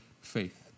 faith